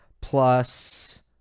plus